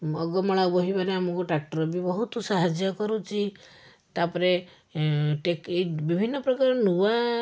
ଅଗ ମାଳା ବହିବାରେ ଆମକୁ ଟ୍ରାକ୍ଟର୍ ବି ବହୁତ ସାହାଯ୍ୟ କରୁଛି ତା'ପରେ ଏଁ ଟେକି ବିଭିନ୍ନ ପ୍ରକାର ନୂଆ